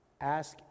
Ask